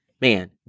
Man